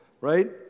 Right